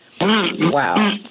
Wow